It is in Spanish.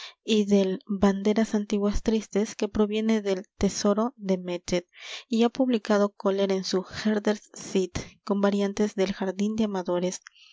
y del banderas antiguas tristes que proviene del tesoro de metje y ha publicado khler en su herders cid con variantes del jardín de amadores